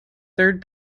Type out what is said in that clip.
third